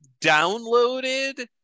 downloaded